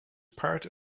part